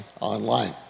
online